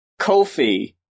Kofi